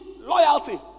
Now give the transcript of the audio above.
Loyalty